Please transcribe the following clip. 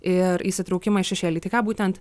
ir įsitraukimą į šešėlį tai ką būtent